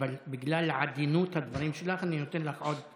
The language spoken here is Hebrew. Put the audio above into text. אבל בגלל עדינות הדברים שלך, אני נותן לך עוד דקה.